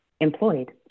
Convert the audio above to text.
employed